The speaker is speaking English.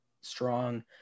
strong